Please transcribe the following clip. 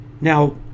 Now